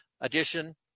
edition